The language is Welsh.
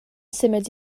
symud